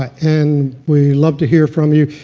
and we love to hear from you.